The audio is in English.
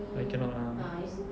I cannot ah